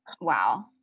wow